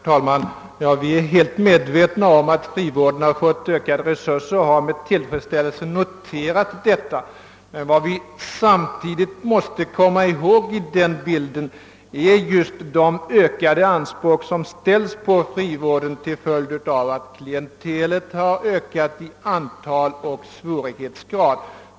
Herr talman! Vi är helt medvetna om att frivården fått ökade resurser, och vi har med tillfredsställelse noterat detta. Men man måste samtidigt komma ihåg att ökade anspråk ställs på frivården just till följd av att klientelet har ökat i antal och svårighetsgrad.